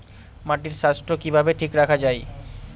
মাটির স্বাস্থ্য কিভাবে ঠিক রাখা যায়?